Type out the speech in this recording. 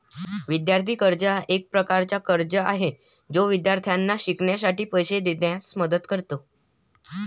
विद्यार्थी कर्ज हा एक प्रकारचा कर्ज आहे जो विद्यार्थ्यांना शिक्षणासाठी पैसे देण्यास मदत करतो